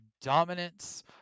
dominance